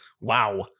Wow